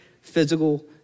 physical